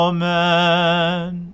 Amen